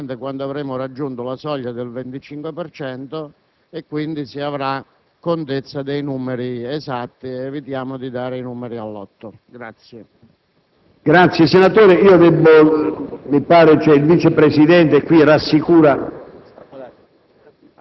certamente quando avremo raggiunto la soglia del 25 per cento, e quindi si avrà contezza dei numeri esatti evitando di dare i numeri al Lotto.